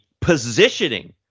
positioning